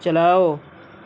چلاؤ